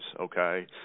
okay